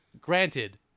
granted